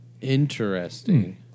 Interesting